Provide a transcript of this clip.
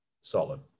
solid